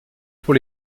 pour